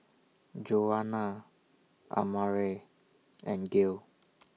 Joana Amare and Gail